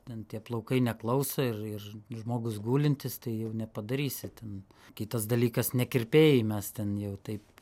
ten tie plaukai neklauso ir ir žmogus gulintis tai jau nepadarysi ten kitas dalykas ne kirpėjai mes ten jau taip